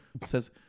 says